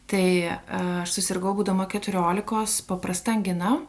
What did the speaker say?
tai aš susirgau būdama keturiolikos paprasta angina